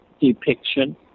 depiction